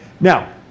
Now